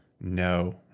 no